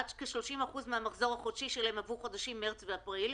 עד כ-30% מהמחזור החודשי שלהם עבור חודשים מרץ ואפריל,